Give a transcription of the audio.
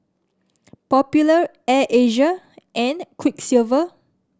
Popular Air Asia and Quiksilver